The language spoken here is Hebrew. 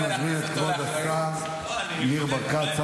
אני מזמין את כבוד השר ניר ברקת,